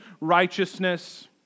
righteousness